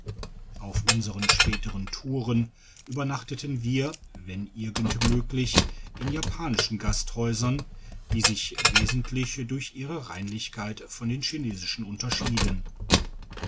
auf unseren späteren touren tiberzerstörte eisenbahnbrücke über den kuhangliuss nachteten wir wenn irgend möglich in japanischen gasthäusern die sich wesentlich durch ihre reinlichkeit von den chinesischen unterscheiden